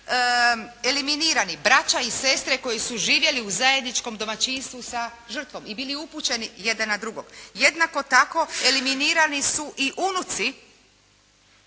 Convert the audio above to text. eliminirani braća i sestre koji su živjeli u zajedničkom domaćinstvu sa žrtvom i bili upućeni jedan na drugog. Jednako tako, eliminirani su i unuci,